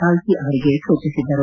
ಕಾಲ್ಸಿ ಅವರಿಗೆ ಸೂಚಿಸಿದ್ದರು